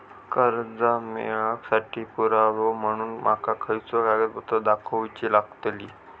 कर्जा मेळाक साठी पुरावो म्हणून माका खयचो कागदपत्र दाखवुची लागतली?